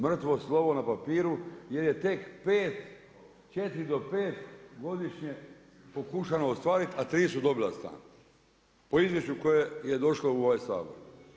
Mrtvo slovo na papiru jer je tek 4 do 5 godišnje pokušano ostvariti, a tri su dobila stan po izvješću koje je došlo u ovaj Sabor.